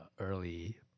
early